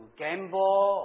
gamble